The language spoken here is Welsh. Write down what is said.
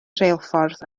rheilffordd